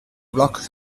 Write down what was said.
blocs